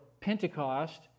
Pentecost